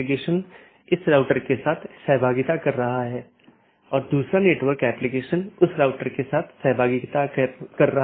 अगला राउटर 3 फिर AS3 AS2 AS1 और फिर आपके पास राउटर R1 है